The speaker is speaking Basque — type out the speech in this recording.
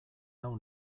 nau